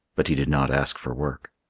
but he did not ask for work.